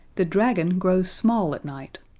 the dragon grows small at night!